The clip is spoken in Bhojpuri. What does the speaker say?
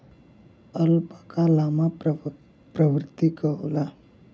अल्पाका लामा प्रवृत्ति क होला